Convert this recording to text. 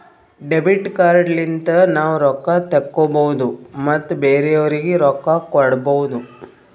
debit card ಲಿಂತ ನಾವ್ ರೊಕ್ಕಾ ತೆಕ್ಕೋಭೌದು ಮತ್ ಬೇರೆಯವ್ರಿಗಿ ರೊಕ್ಕಾ ಕೊಡ್ಭೌದು